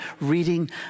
reading